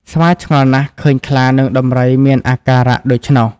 ស្វាឆ្ងល់ណាស់ឃើញខ្លា និងដំរីមានអាការៈដូច្នោះ។